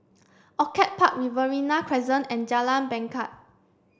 Orchid Park Riverina Crescent and Jalan Bangket